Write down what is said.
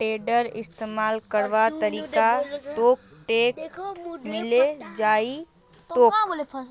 टेडरेर इस्तमाल करवार तरीका तोक नेटत मिले जई तोक